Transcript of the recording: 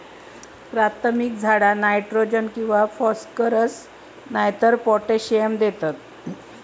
प्राथमिक झाडा नायट्रोजन किंवा फॉस्फरस नायतर पोटॅशियम देतत